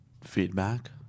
feedback